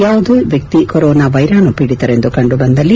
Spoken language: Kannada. ಯಾವುದೇ ವ್ಯಕ್ತಿ ಕೊರೊನಾ ವ್ಯೆರಾಣು ಪೀಡಿತರೆಂದು ಕಂಡುಬಂದಲ್ಲಿ